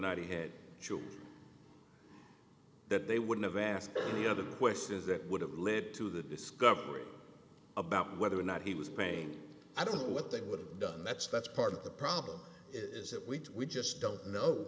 not he had that they wouldn't have asked any other questions that would have led to the discovery about whether or not he was pain i don't know what they would have done that's that's part of the problem is that we just don't know